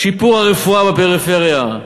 שיפור הרפואה בפריפריה,